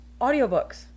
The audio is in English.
audiobooks